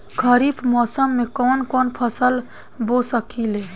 खरिफ मौसम में कवन कवन फसल बो सकि ले?